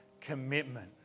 commitment